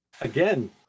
again